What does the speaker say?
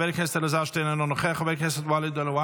חבר הכנסת אלעזר שטרן,